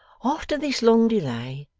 after this long delay,